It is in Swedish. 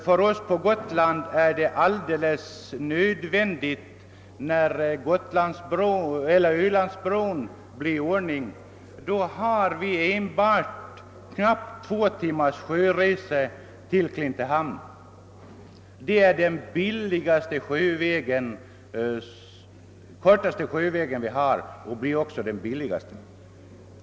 För oss på Gotland är detta en viktig fråga, ty när Ölandsbron blir färdig har vi knappa två timmars sjöresa från Öland till Klintehamn. Det är den kortaste sjöväg vi har och också den billigaste.